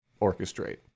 orchestrate